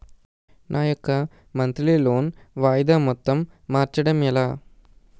నా యెక్క monthly loan వాయిదా మొత్తం మార్చడం ఎలా?